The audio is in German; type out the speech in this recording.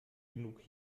genug